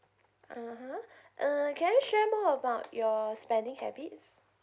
(uh huh) uh can you share more about your spending habits